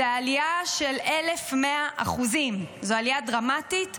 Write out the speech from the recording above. זו עלייה של 1,100%. זו עלייה דרמטית.